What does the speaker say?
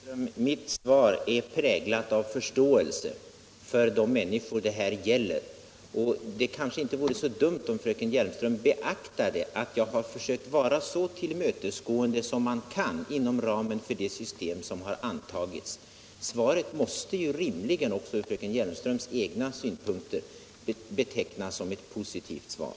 Herr talman! Nej, mitt svar är präglat av förståelse för de människor det här gäller, fröken Hjelmström! Det kanske inte vore så dumt om fröken Hjelmström beaktade att jag har försökt vara så tillmötesgående som man kan vara inom ramen för det system som har antagits. Svaret måste ju rimligen — också från fröken Hjelmströms egna synpunkter — betecknas som ett positivt svar.